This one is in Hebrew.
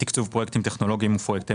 תקצוב פרויקטים טכנולוגיים ופרויקטי